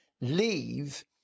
leave